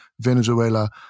Venezuela